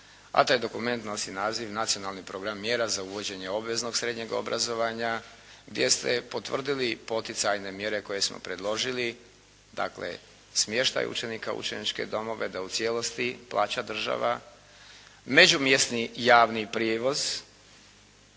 a taj dokument nosi naziv Nacionalni program mjera za uvođenje obveznog srednjeg obrazovanja, gdje se potvrdili poticajne mjere koje smo predložili, dakle smještaj učenika u učeničke domove da u cijelosti plaća država, međumjesni javni prijevoz